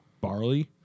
barley